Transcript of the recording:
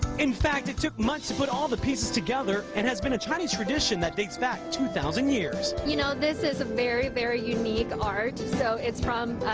in fact, it took much to put all the pieces together and has been a chinese tradition that dates back two thousand years. you know this is a very, very unique art. so it's from